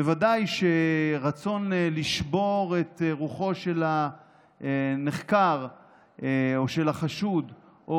ודאי שרצון לשבור את רוחו של הנחקר או של החשוד או